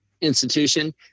institution